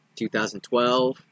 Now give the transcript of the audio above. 2012